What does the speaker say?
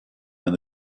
and